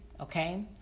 okay